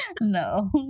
no